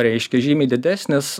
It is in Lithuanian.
reiškia žymiai didesnis